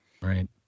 right